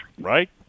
right